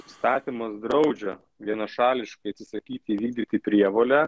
įstatymas draudžia vienašališkai atsisakyti įvykdyti prievolę